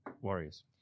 Warriors